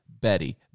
Betty